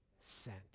sent